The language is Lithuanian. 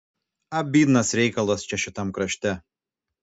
abydnas reikalas čia šitam krašte